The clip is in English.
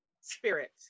spirit